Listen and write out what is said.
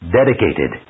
dedicated